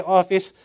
office